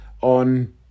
on